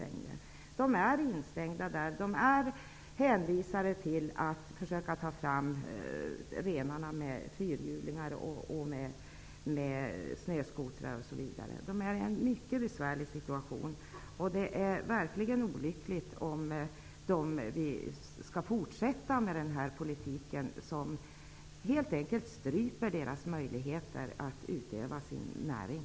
De berörda samerna är hänvisade till att försöka ta fram renarna med fyrhjulingar, snöskotrar osv. Deras situation är mycket besvärlig. Det är verkligen olyckligt om den här politiken skall fortsätta, som helt enkelt stryper deras möjligheter att utöva sin näring.